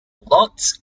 lots